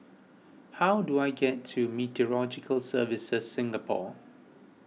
how do I get to Services Singapore